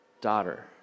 daughter